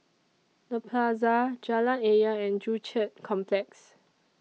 The Plaza Jalan Ayer and Joo Chiat Complex